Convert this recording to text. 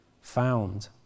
found